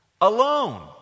alone